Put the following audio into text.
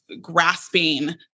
grasping